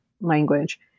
language